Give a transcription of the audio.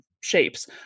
shapes